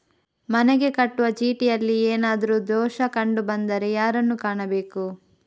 ಮನೆಗೆ ಕಟ್ಟುವ ಚೀಟಿಯಲ್ಲಿ ಏನಾದ್ರು ದೋಷ ಕಂಡು ಬಂದರೆ ಯಾರನ್ನು ಕಾಣಬೇಕು?